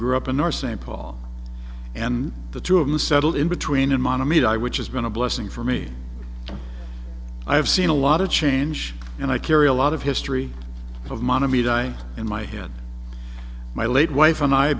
grew up in our st paul and the two of them settled in between and mana me die which has been a blessing for me i have seen a lot of change and i carry a lot of history of mana me die in my in my late wife and i